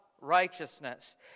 righteousness